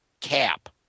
cap